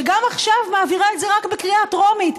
שגם עכשיו מעבירה את זה רק בקריאה הטרומית,